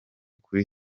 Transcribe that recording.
kuri